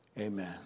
Amen